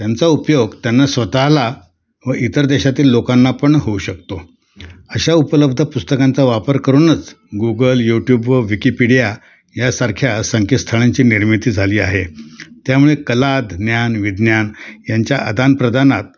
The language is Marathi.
त्यांचा उपयोग त्यांना स्वतःला व इतर देशातील लोकांना पण होऊ शकतो अशा उपलब्ध पुस्तकांचा वापर करूनच गुगल यूट्यूब व विकिपीडिया यासारख्या संकेतस्थळांची निर्मिती झाली आहे त्यामुळे कला ज्ञान विज्ञान यांच्या आदानप्रदानात